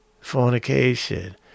fornication